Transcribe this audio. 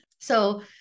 so-